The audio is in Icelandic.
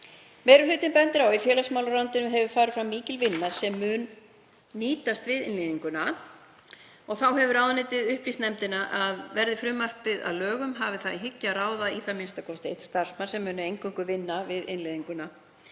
Meiri hlutinn bendir á að í félagsmálaráðuneytinu hefur farið fram mikil vinna sem mun nýtast við innleiðinguna. Þá hefur ráðuneytið upplýst nefndina um að verði frumvarpið að lögum hafi það í hyggju að ráða í það minnsta einn starfsmann sem muni eingöngu vinna að innleiðingu